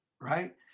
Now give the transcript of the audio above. right